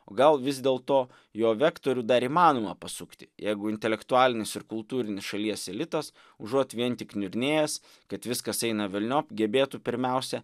o gal vis dėlto jo vektorių dar įmanoma pasukti jeigu intelektualinis ir kultūrinis šalies elitas užuot vien tik niurnėjęs kad viskas eina velniop gebėtų pirmiausia